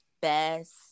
best